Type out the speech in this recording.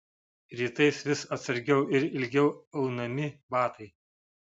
rytais vis atsargiau ir ilgiau aunami batai